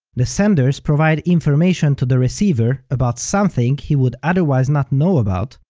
the senders provide information to the receiver about something he would otherwise not know about,